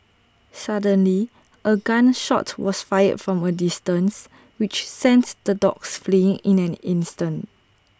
suddenly A gun shot was fired from A distance which sents the dogs fleeing in an instant